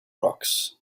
rocks